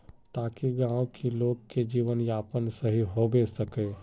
ताकि गाँव की लोग के जीवन यापन सही होबे सके?